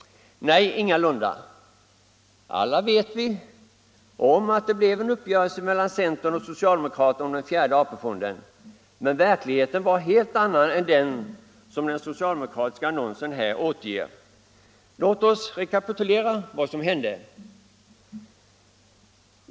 Nej, ingalunda. Alla vet vi om att det blev en uppgörelse mellan centern och socialdemokraterna om den fjärde AP-fonden. Men verkligheten var en helt annan än den som den socialdemokratiska annonsen här återger. Låt oss rekapitulera vad som hände.